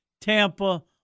Tampa